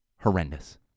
horrendous